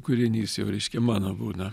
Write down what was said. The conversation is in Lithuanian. kūrinys jau reiškia mano būna